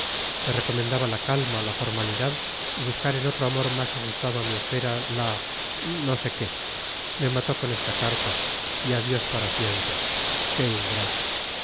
me recomendaba la calma la formalidad y buscar en otro amor más ajustado a mi esfera la no sé qué me mató con esta carta y adiós para siempre qué ingrato